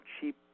cheap